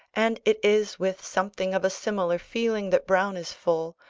and it is with something of a similar feeling that browne is full,